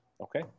Okay